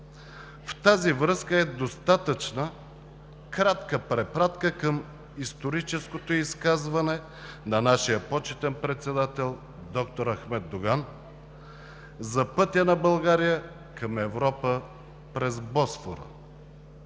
В тази връзка е достатъчна кратка препратка към историческото изказване на нашия почетен председател доктор Ахмед Доган за пътя на България към Европа през Босфора,